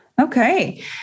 Okay